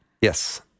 Yes